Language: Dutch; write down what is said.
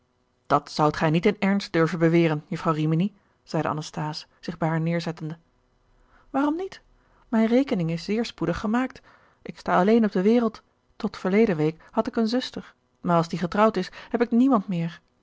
dat zoudt gij niet in ernst durven beweren jufvrouw rimini zeide anasthase zich bij haar neerzettende waarom niet mijn rekening is zeer spoedig gemaakt ik sta alleen op de wereld tot verleden week had ik eene zuster maar als die getrouwd is heb ik niemand meer